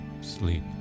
sleep